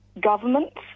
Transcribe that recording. governments